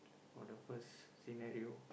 for the first scenario